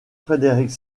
frederick